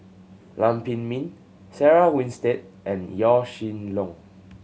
Lam Pin Min Sarah Winstedt and Yaw Shin Leong